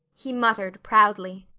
he muttered, proudly.